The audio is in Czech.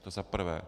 To za prvé.